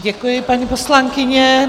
Děkuji, paní poslankyně.